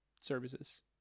services